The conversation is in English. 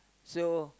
so